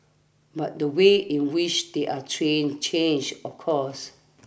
but the way in which they're trained change of course